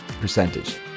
percentage